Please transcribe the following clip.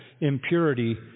impurity